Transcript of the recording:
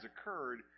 occurred